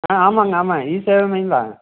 ஆ ஆமாங்க ஆமாங்க இ சேவை மையம் தான்